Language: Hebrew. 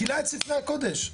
כילה את ספרי הקודש.